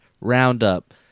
roundup